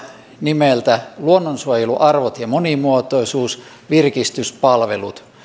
nimeltä luonnonsuojeluarvot ja monimuotoisuus virkistyspalvelut